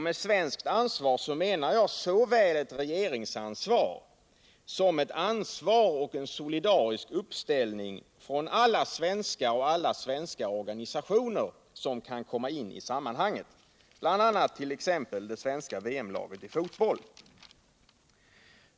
Med svenskt ansvar menar jag såväl ett regeringsansvar som ett ansvar och en solidarisk uppställning från alla svenskar och alla svenska organisationer som kan komma in i sammanhanget, t.ex. det svenska VM-laget i fotboll.